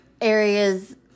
areas